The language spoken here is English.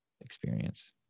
experience